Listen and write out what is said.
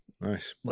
Nice